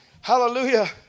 Hallelujah